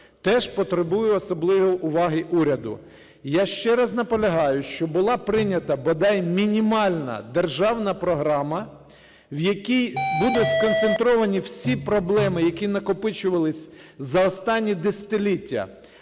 теж потребує особливої уваги уряду. Я ще раз наполягаю, щоб була прийнята, бодай, мінімальна державна програма, в якій будуть сконцентровані всі проблеми, які накопичувались за останні десятиліття,